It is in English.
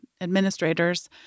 administrators